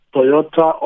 Toyota